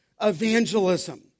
evangelism